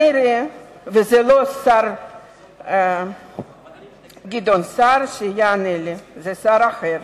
וזה לא השר גדעון סער, שיענה לי, זה שר אחר.